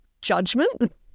judgment